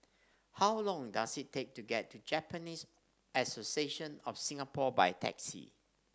how long does it take to get to Japanese Association of Singapore by taxi